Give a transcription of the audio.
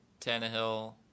Tannehill